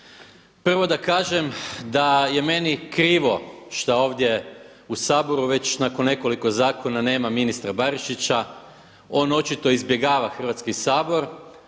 Prvo da kažem da je meni krivo šta ovdje u Saboru već nakon nekoliko zakona nema ministra Barišića. On očito izbjegava Hrvatski sabor,